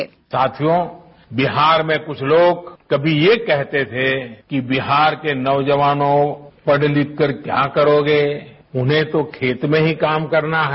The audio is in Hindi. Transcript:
साउंड बाईट साथियों बिहार में कुछ लोग कभी ये कहते थे कि बिहार के नौजवानों पढ लिखकर क्या करोगे उन्हें तो खेत में ही काम करना है